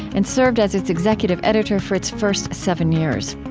and served as its executive editor for its first seven years.